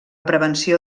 prevenció